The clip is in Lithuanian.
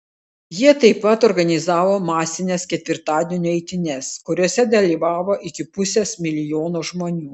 jie taip pat organizavo masines ketvirtadienio eitynes kuriose dalyvavo iki pusės milijono žmonių